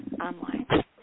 online